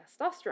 testosterone